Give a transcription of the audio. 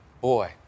boy